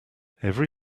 every